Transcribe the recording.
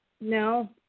No